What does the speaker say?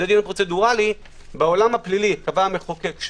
פרוצדורלי - בעולם הפלילי קבע המחוקק,